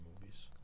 movies